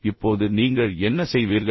இப்போது நீங்கள் என்ன செய்வீர்கள்